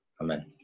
Amen